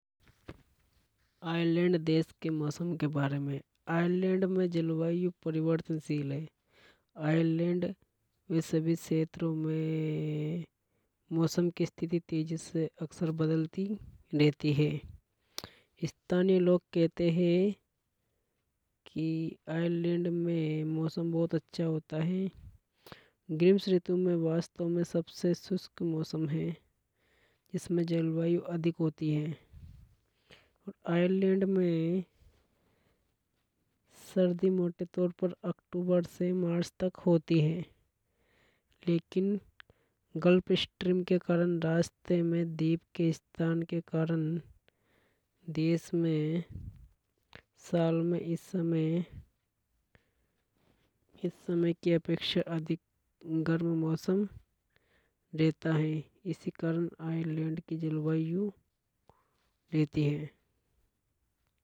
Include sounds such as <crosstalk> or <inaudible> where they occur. आयरलैंड देश के मौसम के बारे में आयरलैंड में जलवायु परिवर्तनशील है। आयरलैंड व सभी में मौसम की स्थिति अक्सर तेजी बदलती रहती हे स्थानीय लोग कहते हे कि आयरलैंड में मौसम बहुत अच्छा होता हे ग्रीष्म ऋतु में वास्तव में सबसे शुष्क मौसम है। जिसमें जलवायु अधिक होती है। और आयरलैंड में सर्दी मोटे तौर पर अक्टूबर से मार्च तक होती है। लेकिन <unintelligible> रास्ते में द्वीप के स्थान के कारण देश में साल में इस समय <hesitation> इस समय की अपेक्षा अधिक गर्म मौसम रहता हे इसी कारण आयरलैंड की जलवायु रहती है।